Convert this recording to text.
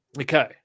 okay